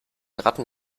ratten